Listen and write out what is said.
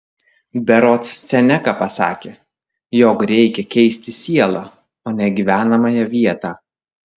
berods seneka pasakė jog reikia keisti sielą o ne gyvenamąją vietą